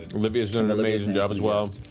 olivia's done an amazing job, as well.